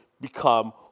become